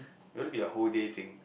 you want to be a whole day thing